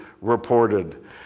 reported